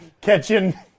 Catching